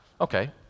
Okay